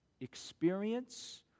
experience